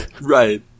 right